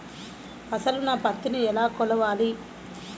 అసలు నా పత్తిని ఎలా కొలవాలి?